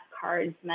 card's